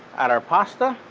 add our pasta,